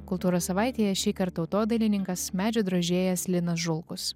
kultūros savaitėje šįkart tautodailininkas medžio drožėjas linas žulkus